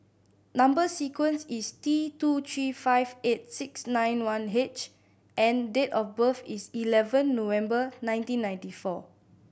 number sequence is T two three five eight six nine one H and date of birth is eleven November nineteen ninety four